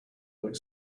like